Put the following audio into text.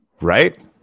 right